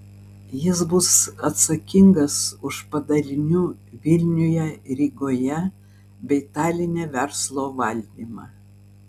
jis bus atsakingas už padalinių vilniuje rygoje bei taline verslo valdymą